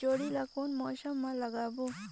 जोणी ला कोन मौसम मा लगाबो?